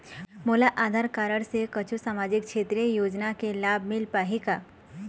मोला आधार कारड से कुछू सामाजिक क्षेत्रीय योजना के लाभ मिल पाही का?